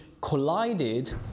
collided